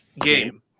game